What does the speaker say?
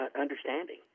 understanding